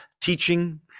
teaching